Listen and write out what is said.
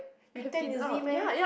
you tan easily meh